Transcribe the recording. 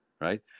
Right